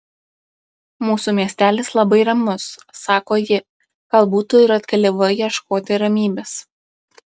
mūsų miestelis labai ramus sako ji galbūt tu ir atkeliavai ieškoti ramybės